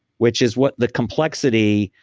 which is what the complexity.